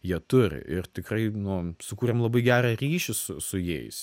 jie turi ir tikrai nu sukūrėm labai gerą ryšį su su jais